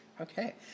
Okay